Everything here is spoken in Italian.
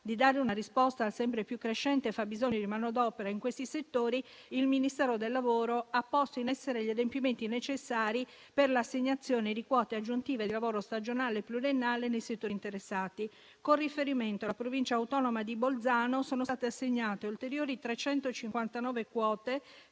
di dare una risposta al sempre più crescente fabbisogno di manodopera in questi settori, il Ministero del lavoro ha posto in essere gli adempimenti necessari per l'assegnazione di quote aggiuntive di lavoro stagionale e pluriennale nei settori interessati. Con riferimento alla Provincia autonoma di Bolzano, sono state assegnate ulteriori 359 quote,